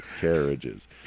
Carriages